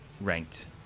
ranked